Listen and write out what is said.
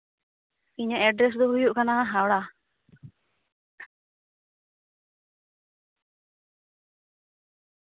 ᱤᱧᱟᱹᱜ ᱮᱰᱨᱮᱥ ᱫᱚ ᱦᱩᱭᱩᱜ ᱠᱟᱱᱟ ᱦᱟᱣᱲᱟ